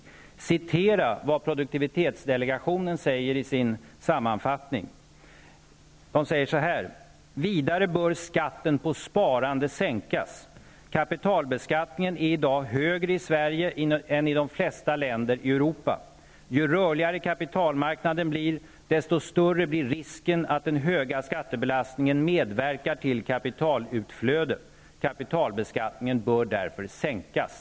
Låt mig få citera vad produktivitetsdelegationen säger i sin sammanfattning: ''Vidare bör skatten på sparande sänkas. Kapitalbeskattningen är i dag högre i Sverige än i de flesta länder i Europa. Ju rörligare kapitalmarknaden blir, desto större blir risken att den höga skattebelastningen medverkar till kapitalutflöde. Kapitalbeskattningen bör därför sänkas.''